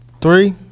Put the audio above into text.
Three